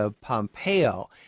Pompeo